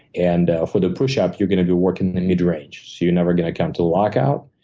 and for the pushup, you're gonna be working in the mid-range, so you're never gonna come to lockout.